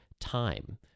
Time